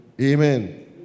Amen